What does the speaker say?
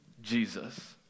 Jesus